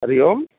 Hari Om